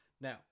Now